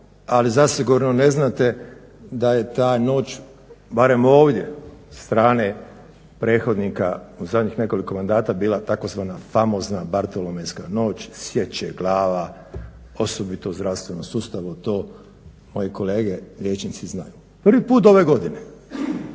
ali zasigurno ne znate da je ta noć barem ovdje sa strane prethodnika u zadnjih nekoliko mandata bila tzv. famozna bartolomejska noć sječe glava, osobito u zdravstvenom sustavu, to moji kolege liječnici znaju. Prvi put ove godine